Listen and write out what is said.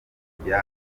kujya